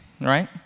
right